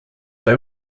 they